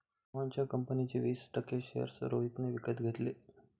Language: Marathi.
मोहनच्या कंपनीचे वीस टक्के शेअर्स रोहितने विकत घेतले